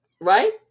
right